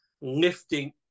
lifting